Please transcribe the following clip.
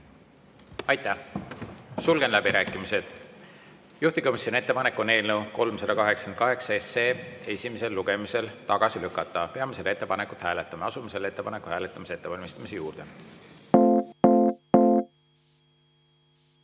Aitäh! Sulgen läbirääkimised. Juhtivkomisjoni ettepanek on eelnõu 388 esimesel lugemisel tagasi lükata. Peame seda ettepanekut hääletama. Asume selle ettepaneku hääletamise ettevalmistamise juurde. Panen